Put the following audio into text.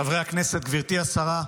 חברי הכנסת, גברתי השרה,